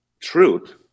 truth